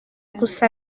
gusa